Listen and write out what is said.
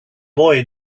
boy